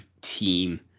team